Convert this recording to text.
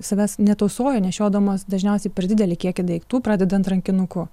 savęs netausoja nešiodamos dažniausiai per didelį kiekį daiktų pradedant rankinuku